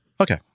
Okay